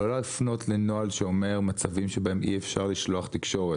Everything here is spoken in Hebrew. לא להפנות לנוהל שאומר מצבים שבהם אי אפשר לשלוח תקשורת.